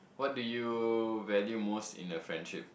what do you value most in a friendship